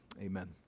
Amen